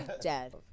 dead